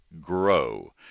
grow